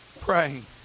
praying